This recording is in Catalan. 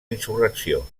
insurrecció